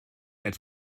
als